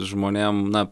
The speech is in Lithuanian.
žmonėm na